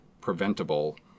preventable